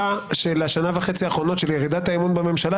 של השנה וחצי האחרונות של ירידת האמון בממשלה,